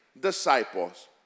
disciples